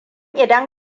idan